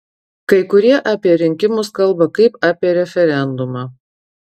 kai kurie apie rinkimus kalba kaip apie referendumą